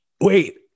wait